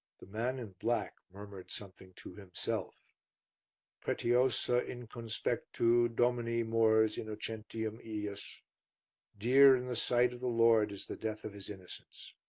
the man in black murmured something to himself pretiosa in conspectu domini mors innocentium ejus dear in the sight of the lord is the death of his innocents.